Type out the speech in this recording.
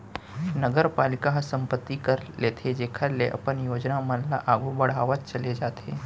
नगरपालिका ह संपत्ति कर लेथे जेखर ले अपन योजना मन ल आघु बड़हावत चले जाथे